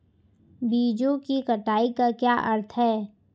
बीजों की कटाई का क्या अर्थ है?